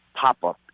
pop-up